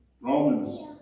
Romans